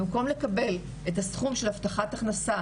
במקום לקבל את הסכום של הבטחת הכנסה,